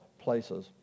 places